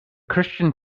christian